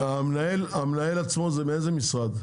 המנהל עצמו, מאיזה משרד?